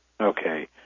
Okay